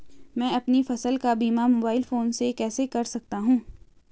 मैं अपनी फसल का बीमा मोबाइल फोन से कैसे कर सकता हूँ?